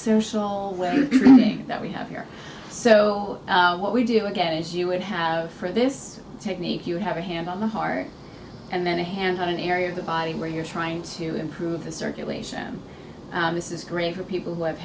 social thing that we have here so what we do again is you would have for this technique you have a hand on the heart and then a hand on an area of the body where you're trying to improve the circulation this is great for people who have